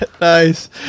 nice